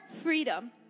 freedom